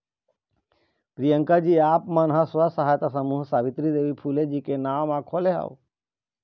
प्रियंकाजी आप मन ह स्व सहायता समूह सावित्री देवी फूले जी के नांव म खोले हव